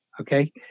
okay